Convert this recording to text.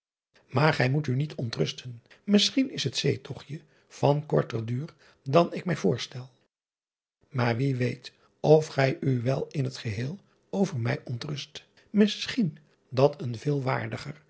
aar gij moet u niet ontrusten isschien is het zeetogtje van korter duur dan ik mij voorstel aar wie weet of gij u wel in t geheel over mij ontrust isschien dat een veel waardiger